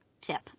tip